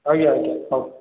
ଆଜ୍ଞା ଆଜ୍ଞା ହେଉ